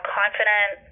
confident